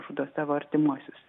žudo savo artimuosius